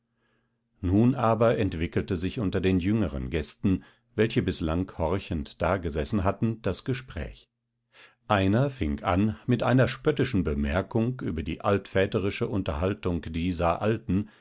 nun aber entwickelte sich unter den jüngeren gästen welche bislang horchend dagesessen hatten das gespräch einer fing an mit einer spöttischen bemerkung über die altväterische unterhaltung dieser alten